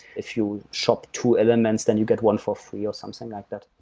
if you shop two elements, then you get one for free or something like that.